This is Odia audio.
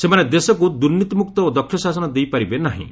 ସେମାନେ ଦେଶକୁ ଦୁର୍ନୀତିମୁକ୍ତ ଓ ଦକ୍ଷ ଶାସନ ଦେଇପାରିବେ ନାହିଁ